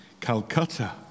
Calcutta